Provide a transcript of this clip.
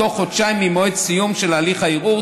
בתוך חודשיים ממועד סיום של הליך הערעור.